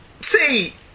See